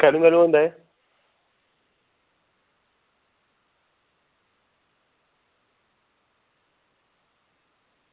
कैलू कैलू होंदा एह्